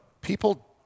People